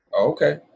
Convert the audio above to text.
Okay